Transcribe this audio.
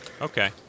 Okay